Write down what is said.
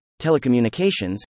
telecommunications